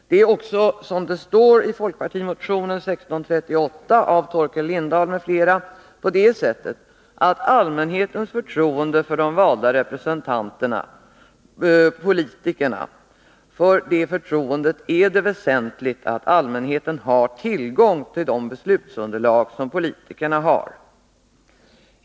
Det är också så, som det står i folkpartimotionen 1981 politikerna att man har tillgång till samma beslutsunderlag som politikerna.